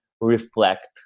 reflect